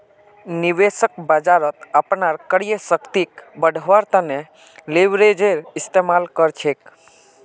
निवेशक बाजारत अपनार क्रय शक्तिक बढ़व्वार तने लीवरेजेर इस्तमाल कर छेक